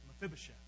Mephibosheth